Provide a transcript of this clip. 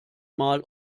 mal